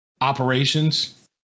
Operations